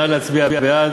נא להצביע בעד.